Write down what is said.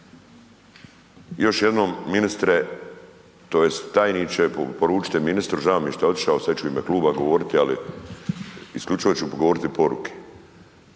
Još jednom ministre, tj. tajniče, poručite ministru, žao mi je šta je otišao, sad ću u ime kluba govoriti, ali isključivo ću govoriti poruke